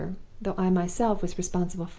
though i myself was responsible for it,